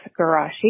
Garashi